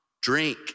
drink